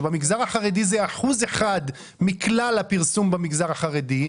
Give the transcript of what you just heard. שבמגזר החרדי זה 1% מכלל הפרסום במגזר החרדי,